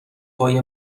پای